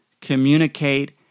communicate